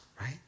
Right